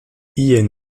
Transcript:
ian